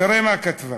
תראה מה כתבה.